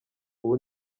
ubu